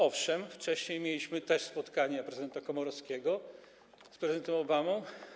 Owszem, wcześniej mieliśmy też spotkanie prezydenta Komorowskiego z prezydentem Obamą.